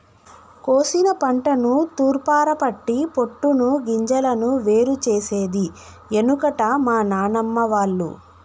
కోశిన పంటను తూర్పారపట్టి పొట్టును గింజలను వేరు చేసేది ఎనుకట మా నానమ్మ వాళ్లు